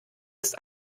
ist